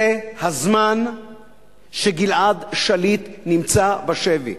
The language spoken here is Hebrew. זה הזמן שגלעד שליט נמצא בשבי.